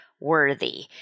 worthy